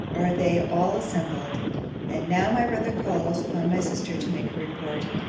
are they all assembled and now my brother calls upon my sister to make her report!